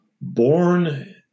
born